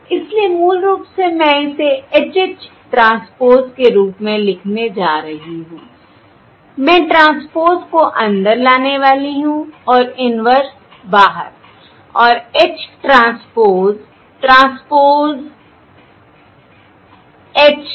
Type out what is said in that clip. इसलिए मूल रूप से मैं इसे H H ट्रांसपोज़ के रूप में लिखने जा रही हूँ मैं ट्रांसपोज़ को अंदर लाने वाली हूँ और इन्वर्स बाहर और H ट्रांसपोज़ ट्रांसपोज़ H है